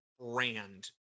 brand